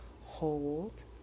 hold